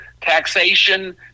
taxation